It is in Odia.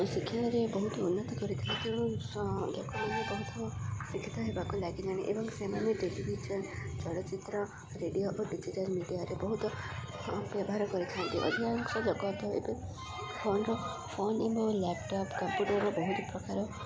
ଶିକ୍ଷାରେ ବହୁତ ଉନ୍ନତି କରିଥାନ୍ତି ତେଣୁ ଲୋକମାନେ ବହୁତ ଶିକ୍ଷିତ ହେବାକୁ ଲାଗିଲାଣି ଏବଂ ସେମାନେ ଟେଲିଭିଜନ୍ ଚଳଚ୍ଚିତ୍ର ରେଡ଼ିଓ ଏବଂ ଡିଜିଟାଲ୍ ମିଡ଼ିଆରେ ବହୁତ ବ୍ୟବହାର କରିଥାନ୍ତି ଅଧିକାଂଶ ଜଗତ ଏବେ ଫୋନ୍ର ଫୋ୍ନ ଏବଂ ଲ୍ୟାପଟପ୍ କମ୍ପ୍ୟୁଟର୍ର ବହୁତ ପ୍ରକାର